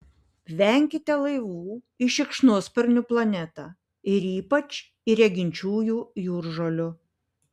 venkite laivų į šikšnosparnių planetą ir ypač į reginčiųjų jūržolių